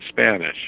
Spanish